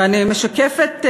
ואני משקפת,